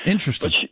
Interesting